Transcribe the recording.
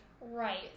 Right